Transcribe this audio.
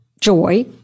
joy